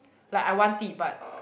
like I want it but